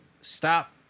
stop